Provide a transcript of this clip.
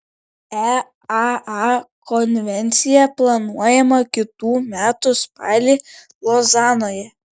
eaa konvencija planuojama kitų metų spalį lozanoje